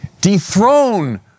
Dethrone